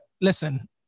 listen